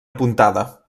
apuntada